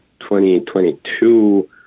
2022